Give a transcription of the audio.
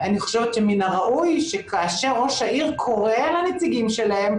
ואני חושבת שמן הראוי שכאשר ראש העיר קורא לנציגים שלהם,